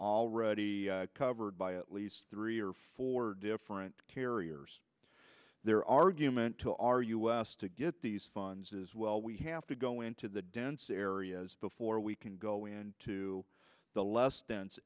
already covered by at least three or four different carriers their argument to our us to get these funds is well we have to go into the dense areas before we can go into the less d